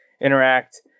interact